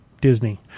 disney